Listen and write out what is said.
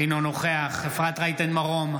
אינו נוכח אפרת רייטן מרום,